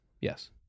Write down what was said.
yes